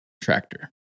Tractor